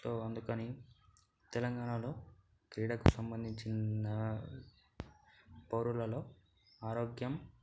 so అందుకని తెలంగాణలో క్రీడకు సంబంధించిన పౌరులలో ఆరోగ్యం